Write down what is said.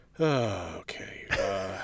Okay